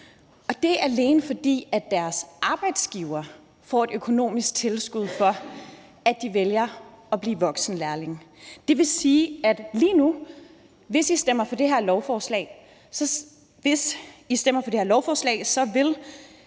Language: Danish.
Og det er, alene fordi deres arbejdsgiver får et økonomisk tilskud for, at de vælger at blive voksenlærlinge. Det vil sige, at lige nu, hvis I stemmer for det her lovforslag, vil